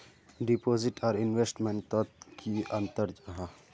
Deposit आर investment तोत की अंतर जाहा?